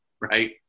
right